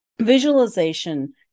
visualization